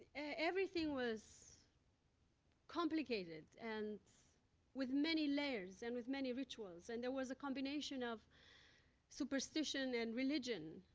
everything was complicated and with many layers and with many rituals, and there was a combination of superstition and religion,